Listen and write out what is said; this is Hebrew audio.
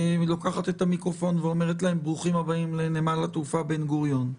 לוקחת את המיקרופון ואומרת להם: ברוכים הבאים לנמל התעופה בן גוריון.